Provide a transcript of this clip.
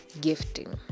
gifting